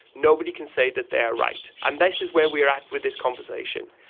nobody can say that they are right. and this is where we are at with this conversation.